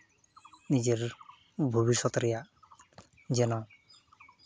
ᱱᱤᱡᱮᱨ ᱵᱷᱚᱵᱤᱥᱥᱚᱛ ᱨᱮᱭᱟᱜ ᱡᱮᱱᱚ